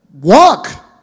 Walk